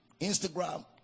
Instagram